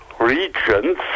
regions